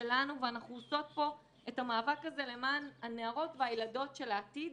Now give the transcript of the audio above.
שלנו ואנחנו עושות פה את המאבק הזה למען הנערות והילדות של העתיד,